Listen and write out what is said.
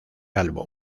álbum